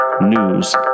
News